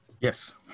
Yes